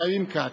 חיים כץ.